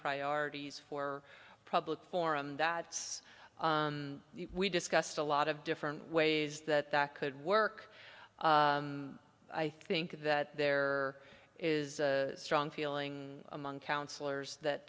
priorities for public forum that it's on we discussed a lot of different ways that that could work i think that there is a strong feeling among councillors that